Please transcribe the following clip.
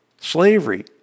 slavery